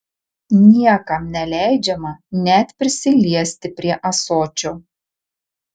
niekam neleidžiama net prisiliesti prie ąsočio